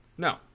No